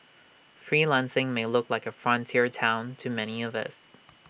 freelancing may look like frontier Town to many of us